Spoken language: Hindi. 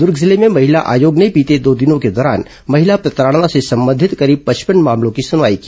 दूर्ग जिले में महिला आयोग ने बीते दो दिनों के दौरान महिला प्रताड़ना से संबंधित करीब पचपन मामलों की सुनवाई की